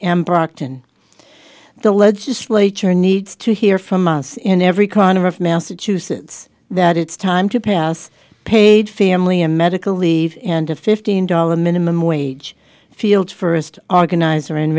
and brockton the legislature needs to hear from us in every corner of massachusetts that it's time to pass paid family and medical leave and a fifteen dollar minimum wage field first organized for and